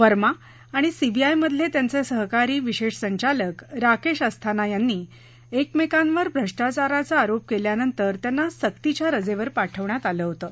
वर्मा आणि सीबीआयमधले त्यांचे सहकारी विशेष संचालक राकेश अस्थाना यांनी एकमेकांवर भ्रष्टाचाराचा आरोप केल्यानंतर त्यांना सक्तीच्या रजेवर पाठवण्यात आलं होतं